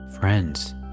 friends